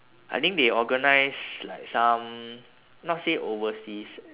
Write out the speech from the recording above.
I think they organise like some not say overseas